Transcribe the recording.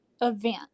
event